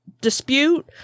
dispute